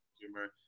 humor